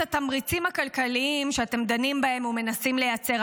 התמריצים הכלכליים שאתם דנים בהם ומנסים לייצר,